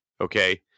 okay